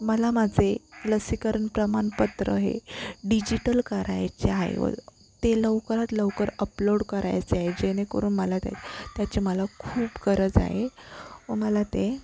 मला माझे लसीकरण प्रमाणपत्र हे डिजिटल करायचे आहे व ते लवकरात लवकर अपलोड करायचे आहे जेणेकरून मला त्या त्याचे मला खूप गरज आहे व मला ते